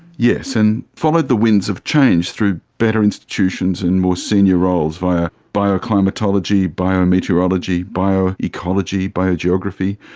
yes, and followed the winds of change through better institutions and more senior roles via bioclimatology, biometeorology, bioecology, biogeography,